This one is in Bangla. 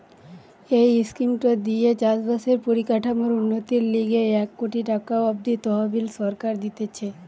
এই স্কিমটো দিয়ে চাষ বাসের পরিকাঠামোর উন্নতির লিগে এক কোটি টাকা অব্দি তহবিল সরকার দিতেছে